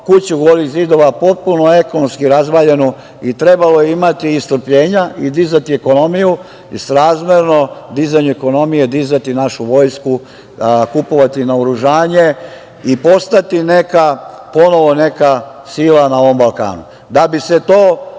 kuću golih zidova, potpuno ekonomski razvaljenu i trebalo je imati strpljenja i dizati ekonomiju i srazmerno dizanju ekonomije dizati našu vojsku, kupovati naoružanje i postati neka sila na ovom Balkanu. Vojsku